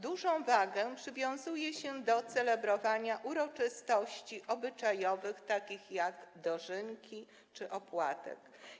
Dużą wagę przywiązuje się do celebrowania uroczystości obyczajowych, takich jak dożynki czy opłatek.